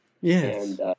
Yes